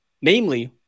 namely